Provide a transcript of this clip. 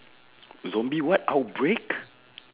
zombie what outbreak